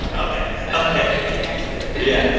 and ok. ok delayed reaction yeah.